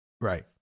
Right